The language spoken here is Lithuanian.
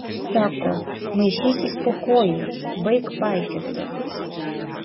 sako maišysis po kojų baik paikioti